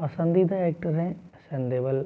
पसंदीदा एक्टर हैं सनी देओल